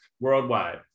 worldwide